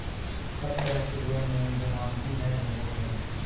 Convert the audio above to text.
हर तरह के लोन में जमानती नय होबो हइ